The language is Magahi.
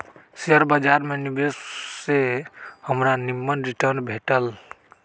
शेयर बाजार में निवेश से हमरा निम्मन रिटर्न भेटल